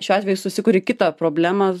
šiuo atveju susikuri kitą problemą